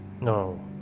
no